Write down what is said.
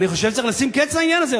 אני חושב שצריך לשים קץ לעניין הזה.